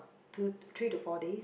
two three to four days